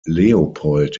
leopold